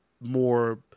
more